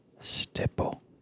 stipple